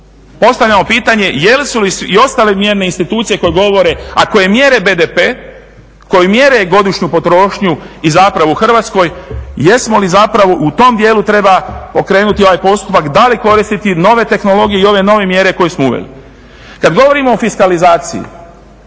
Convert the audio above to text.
Postavljamo pitanje jel' su i ostale mjerne institucije koje govore a koje mjere BDP, koji mjere godišnju potrošnju i zapravo u Hrvatskoj jesmo li zapravo u tom dijelu treba okrenuti ovaj postupak da li koristiti nove tehnologije i ove nove mjere koje smo uveli. Kad govorimo o fiskalizaciji,